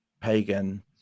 pagan